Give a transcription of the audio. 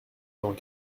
dans